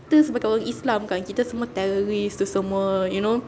kita sebagai orang islam kan kita semua terrorist tu semua you know